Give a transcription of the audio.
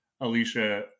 alicia